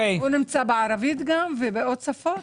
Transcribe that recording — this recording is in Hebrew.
הוא מופיע בערבית ובעוד שפות?